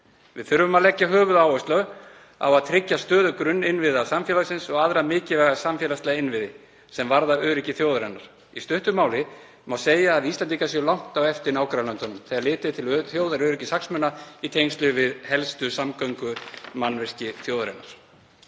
Við þurfum að leggja höfuðáherslu á að tryggja stöðu grunninnviða samfélagsins og aðra mikilvæga samfélagslega innviði sem varða öryggi þjóðarinnar. Í stuttu máli má segja að Íslendingar séu langt á eftir nágrannalöndum þegar litið til þjóðaröryggishagsmuna í tengslum við helstu samgöngumannvirki þjóðarinnar.